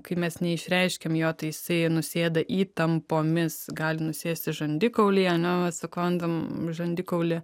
kai mes neišreiškiam jo tai jisai nusėda įtampomis gali nusėsti žandikaulyje sukandam žandikaulį